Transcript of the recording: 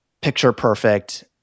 picture-perfect